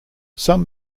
some